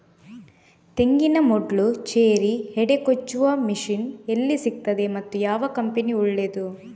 ತೆಂಗಿನ ಮೊಡ್ಲು, ಚೇರಿ, ಹೆಡೆ ಕೊಚ್ಚುವ ಮಷೀನ್ ಎಲ್ಲಿ ಸಿಕ್ತಾದೆ ಮತ್ತೆ ಯಾವ ಕಂಪನಿ ಒಳ್ಳೆದು?